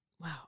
Wow